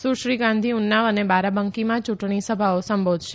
સુશ્રી ગાંધી ઉન્નાવ અને બારાબંકીમાં યુંટણી સભાઓ સંબોધશે